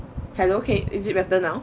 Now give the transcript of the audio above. hello K is it better now